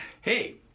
hey